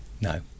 No